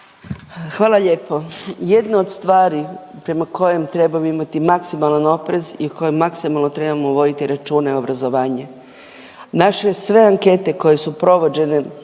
Hvala lijepo. Jedno od stvari prema kojem trebam imati maksimalan oprez i o kojem maksimalno trebamo voditi računa je obrazovanje. Naše sve ankete koje su provođene